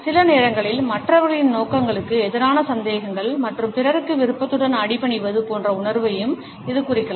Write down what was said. சில நேரங்களில் மற்றவர்களின் நோக்கங்களுக்கு எதிரான சந்தேகங்கள் மற்றும் பிறருக்கு விருப்பத்துடன் அடிபணிவது போன்ற உணர்வையும் இது குறிக்கலாம்